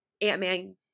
Ant-Man